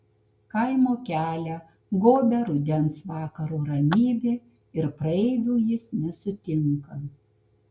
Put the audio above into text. kaimo kelią gobia rudens vakaro ramybė ir praeivių jis nesutinka